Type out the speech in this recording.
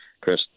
Chris